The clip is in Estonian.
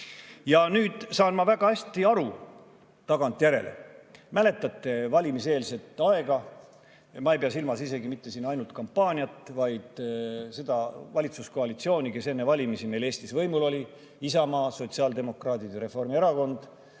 Nüüd saan ma väga hästi aru, tagantjärele. Mäletate valimiseelset aega – ma ei pea silmas mitte ainult kampaaniat, vaid seda valitsuskoalitsiooni, kes enne valimisi meil Eestis võimul oli: Isamaa, sotsiaaldemokraadid ja Reformierakond